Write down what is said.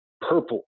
purple